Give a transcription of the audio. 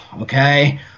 okay